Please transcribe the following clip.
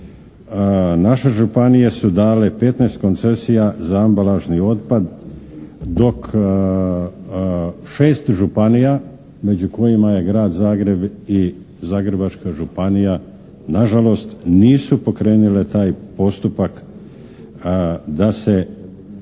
Naše županije su dale 15 koncesija za ambalažni otpad dok 6 županija, među kojima je Grad Zagreb i Zagrebačka županija nažalost nisu pokrenule taj postupak da se